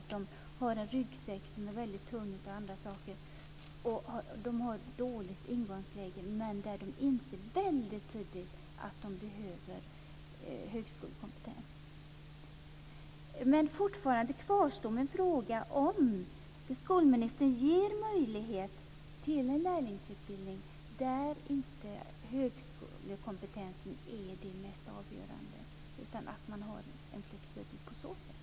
Många bär ju med sig en väldigt tung ryggsäck och de har dåligt utgångsläge. Men de inser väldigt tidigt att de behöver högskolekompetens. Men fortfarande kvarstår min fråga om skolministern är beredd att ge möjlighet till en lärlingsutbildning där högskolekompetensen inte är det mest avgörande, utan att den är mer flexibel.